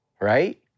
right